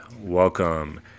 welcome